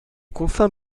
confins